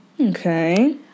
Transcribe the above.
Okay